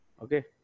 Okay